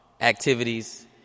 activities